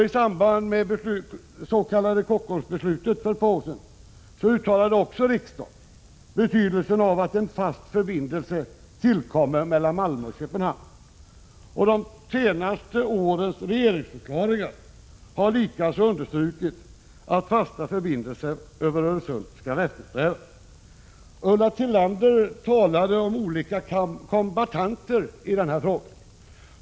I samband med det s.k. Kockumsbeslutet för ett par år sedan underströk riksdagen också betydelsen av att fast förbindelse tillkommer mellan Malmö och Köpenhamn. I de senaste årens regeringsförklaringar har det likaså understrukits att fasta förbindelser över Öresund skall eftersträvas. Ulla Tillander talade om olika kombattanter i den här frågan.